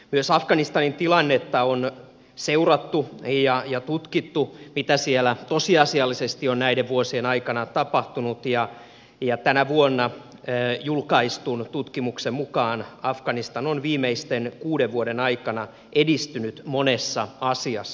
myös afganistanin tilannetta on seurattu ja on tutkittu mitä siellä tosiasiallisesti on näiden vuosien aikana tapahtunut ja tänä vuonna julkaistun tutkimuksen mukaan afganistan on viimeisten kuuden vuoden aikana edistynyt monessa asiassa